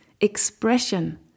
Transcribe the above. expression